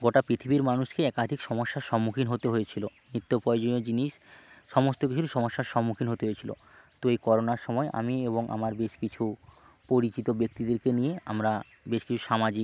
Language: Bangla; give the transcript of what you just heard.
গোটা পৃথিবীর মানুষকেই একাধিক সমস্যার সম্মুখীন হতে হয়েছিল নিত্য প্রয়োজনীয় জিনিস সমস্ত কিছুরই সমস্যার সম্মুখীন হতে হয়েছিল তো এই করোনার সময় আমি এবং আমার বেশ কিছু পরিচিত ব্যক্তিদেরকে নিয়ে আমরা বেশ কিছু সামাজিক